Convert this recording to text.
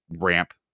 ramp